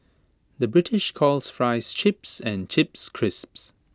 the British calls Fries Chips and Chips Crisps